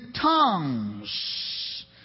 tongues